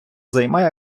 займає